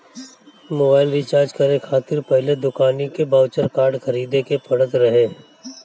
mobile recharge करे खातिर पहिले दुकानी के बाउचर कार्ड खरीदे के पड़त रहे